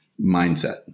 mindset